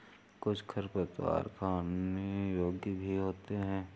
कुछ खरपतवार खाने योग्य भी होते हैं